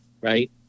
right